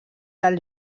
del